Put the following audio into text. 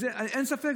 אין ספק,